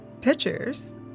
pictures